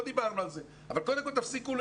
אבל קודם כל תפסיקו.